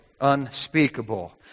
unspeakable